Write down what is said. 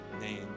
name